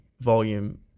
volume